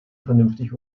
vernünftig